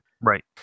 right